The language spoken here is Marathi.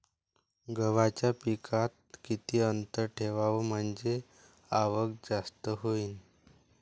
गव्हाच्या पिकात किती अंतर ठेवाव म्हनजे आवक जास्त होईन?